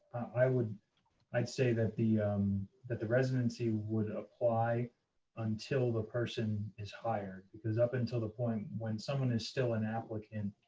i would i'd say that the that the residency would apply until the person is hired, because up until the point when someone is still an applicant,